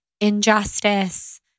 injustice